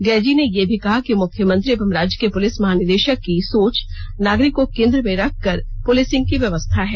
DIG ने यह भी कहा कि मुख्यमंत्री एवं राज्य के पुलिस महानिदेशक की सोच नागरिक को केंद्र में रखकर पुलिसिंग की व्यवस्था है